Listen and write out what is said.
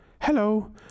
Hello